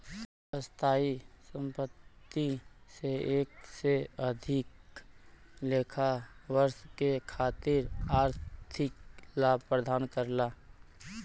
स्थायी संपत्ति से एक से अधिक लेखा वर्ष के खातिर आर्थिक लाभ प्रदान करला